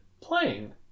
playing